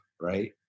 right